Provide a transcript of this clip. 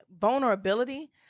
vulnerability